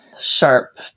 sharp